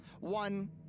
one